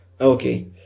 Okay